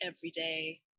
everyday